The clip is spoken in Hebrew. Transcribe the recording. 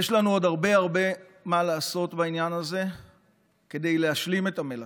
יש לנו עוד הרבה הרבה מה לעשות בעניין הזה כדי להשלים את המלאכה,